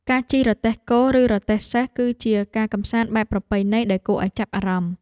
ការជិះរទេះគោ ឬរទេះសេះ គឺជាការកម្សាន្តបែបប្រពៃណីដែលគួរឱ្យចាប់អារម្មណ៍។